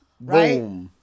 Right